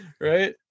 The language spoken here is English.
Right